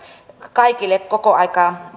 kaikille kokoaikatyötä